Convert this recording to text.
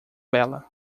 bela